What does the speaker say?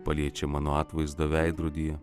paliečia mano atvaizdą veidrodyje